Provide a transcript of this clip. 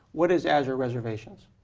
what is azure reservations?